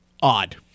odd